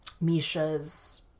Misha's